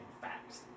facts